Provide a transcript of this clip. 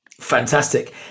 Fantastic